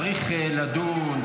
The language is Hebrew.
צריך לדון,